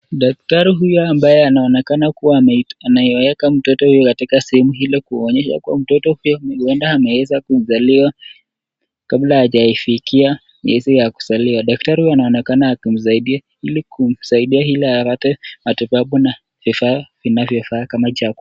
Daktari huyu ambaye anaonekana kuwa anaweka mtoto huyu katika sehemu hilo kuonyesha kuwa mtoto huyo ni huenda ameweza kuzaliwa kabla hajafikia miezi ya kuzaliwa, daktari huyu anaonekana akimsaidia ili kumsaidia ili apate matibabu na vifaa inayofaa kama chaku.